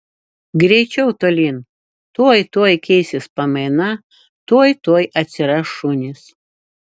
greičiau tolyn tuoj tuoj keisis pamaina tuoj tuoj atsiras šunys